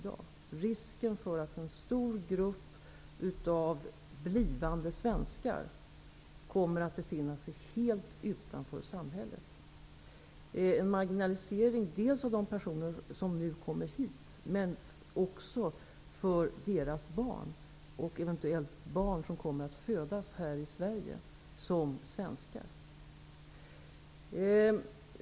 Det finns risk att en stor grupp av blivande svenskar kommer att befinna sig helt utanför samhället -- en marginalisering dels av de personer som nu kommer hit, dels av deras barn och eventuellt barn som kommer att födas här i Sverige som svenskar.